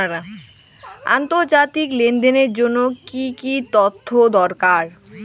আন্তর্জাতিক লেনদেনের জন্য কি কি তথ্য দরকার?